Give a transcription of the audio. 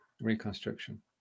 reconstruction